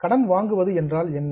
கடன் வாங்குவது என்றால் என்ன